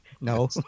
No